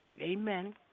Amen